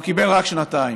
והוא קיבל רק שנתיים.